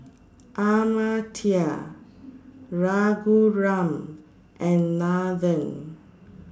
Amartya Raghuram and Nathan